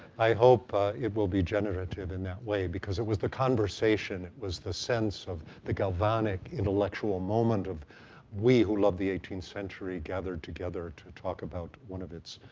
i hope it will be generative in that way, because it was the conversation, it was the sense of the galvanic intellectual moment of we, who love the eighteenth century, gathered together to talk about one of its,